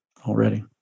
Already